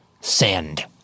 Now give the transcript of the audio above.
Send